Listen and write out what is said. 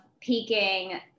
peaking